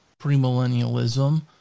premillennialism